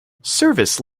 service